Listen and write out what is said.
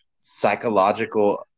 psychological